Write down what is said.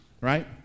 Right